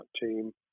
team